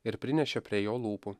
ir prinešė prie jo lūpų